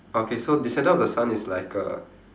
okay so descendant of the sun is like a